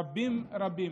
רבים רבים,